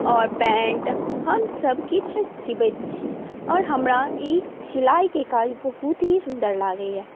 pant हम सभ किछु सिबैत छी आओर हमरा ई सिलाइके काज बहुत ही सुन्दर लागैया